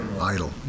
idle